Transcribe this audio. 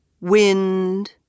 Wind